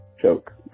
joke